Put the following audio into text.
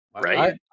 Right